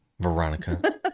Veronica